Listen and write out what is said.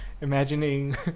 imagining